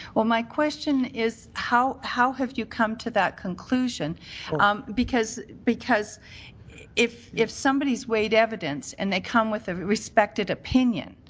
my question is how how have you come to that conclusion um because because if if somebody's weighed evidence and they come with a respected opinion,